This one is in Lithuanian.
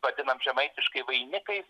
vadinam žemaitiškai vainikais